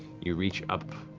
you reach up